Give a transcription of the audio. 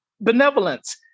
benevolence